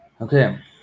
Okay